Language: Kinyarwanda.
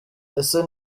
ese